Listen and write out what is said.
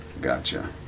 gotcha